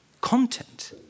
content